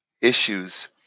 issues